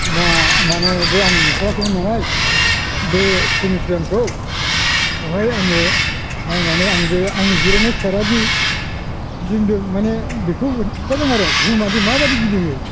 मा माने बे आं नुफेराखैमोन नालाय बे प्लेनेटरियामखौ बेवहाय आङो नायनानै आं बे आंनि जिरायनाय सियारआदि गिदिंदों माने बेखौ खिथादों आरो बुहुमआदि माबादि गिदिङो